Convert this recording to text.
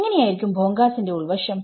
എങ്ങനെയായിരിക്കും ബോങ്കാസിന്റെ ഉൾവശം